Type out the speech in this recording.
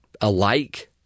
alike